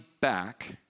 back